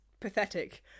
pathetic